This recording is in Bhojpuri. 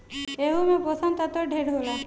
एहू मे पोषण तत्व ढेरे होला